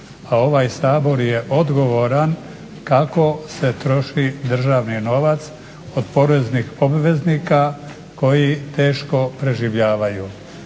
a ovaj Sabor je odgovoran kako se troši državni novac od poreznih obveznika koji teško preživljavaju.